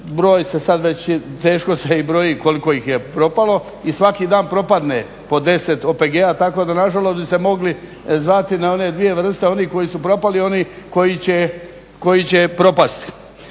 broj se sada već, teško se i broji koliko ih je propalo i svaki dan propadne po deset OPG-a tako da nažalost bi se mogli zvati na one dvije vrste oni koji su propali i oni koji će propasti.